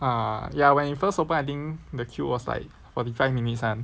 ah ya when it first open I think the queue was like forty five minutes [one]